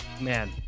man